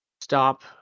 stop